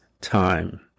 time